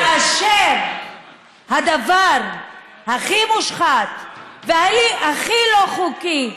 כאשר הדבר הכי מושחת והכי לא חוקי,